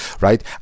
right